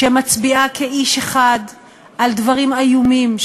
שמצביעה כאיש אחד על דברים איומים,